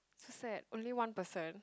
so sad only one person